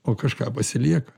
o kažką pasilieka